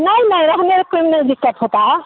नहीं नहीं हमें कोई नहीं दिक्कत होता है